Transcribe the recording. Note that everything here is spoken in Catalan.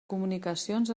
comunicacions